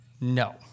No